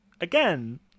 again